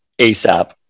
ASAP